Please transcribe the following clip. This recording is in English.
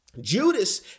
Judas